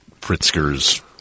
Pritzker's